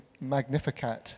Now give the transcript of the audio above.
Magnificat